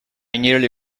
nearly